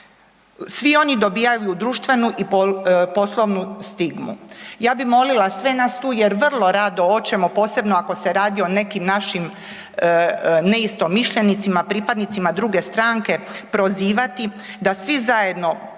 svi oni dobivaju društvenu i poslovnu stigmu? Ja bih molila sve nas tu jer vrlo rado hoćemo posebno ako se radi o nekim našim neistomišljenicima pripadnicima druge stranke prozivati da svi zajedno